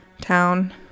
town